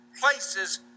places